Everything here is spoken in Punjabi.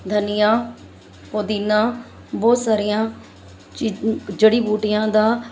ਧਨੀਆ ਪੁਦੀਨਾ ਬਹੁਤ ਸਾਰੀਆਂ ਚੀ ਜੜੀ ਬੂਟੀਆਂ ਦਾ